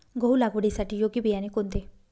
गहू लागवडीसाठी योग्य बियाणे कोणते?